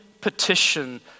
petition